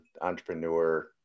entrepreneur